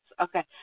Okay